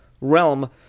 realm